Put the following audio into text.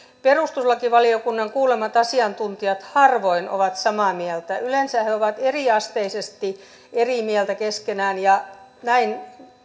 perustuslakivaliokunnan kuulemat asiantuntijat harvoin ovat samaa mieltä yleensä he ovat eriasteisesti eri mieltä keskenään ja näin